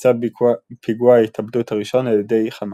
בוצע פיגוע ההתאבדות הראשון על ידי חמאס.